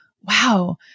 wow